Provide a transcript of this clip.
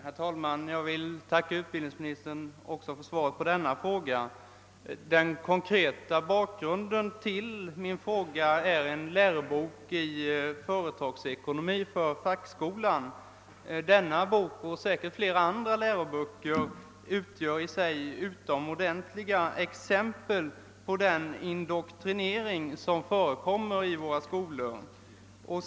Herr talman! Jag ber att få tacka utbildningsministern för svaret på även denna fråga. Den konkreta bakgrunden till frågan är en lärobok i företagsekonomi för fackskolan. Den boken — och säkert flera andra läroböcker — utgör i sig ett utomordentligt exempel på den indoktrinering som förekommer i våra skolor.